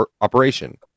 operation